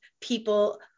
people